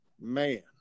Man